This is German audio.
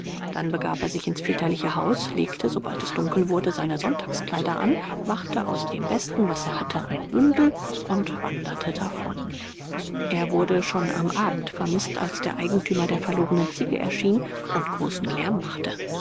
dann begab er sich ins väterliche haus legte sobald es dunkel wurde seine sonntagskleider an machte aus dem besten was er hatte ein bündel und wanderte davon er wurde schon am abend vermißt als der eigentümer der verlorenen ziege erschien und großen lärm machte